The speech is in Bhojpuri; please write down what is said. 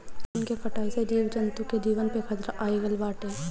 वन के कटाई से जीव जंतु के जीवन पे खतरा आगईल बाटे